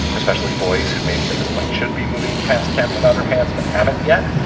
especially boys who maybe at this point should be moving past captain underpants but haven't yet.